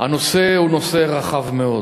הנושא הוא נושא רחב מאוד.